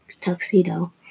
tuxedo